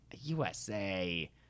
USA